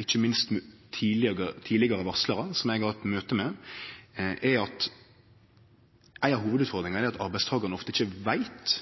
ikkje minst tidlegare varslarar som eg har hatt møte med, er at ei av hovudutfordringane er at arbeidstakarane ofte ikkje veit